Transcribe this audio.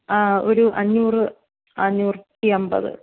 ആ ഒരു അഞ്ചൂറ് അഞ്ചൂറ്റി അൻപത്